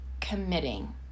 committing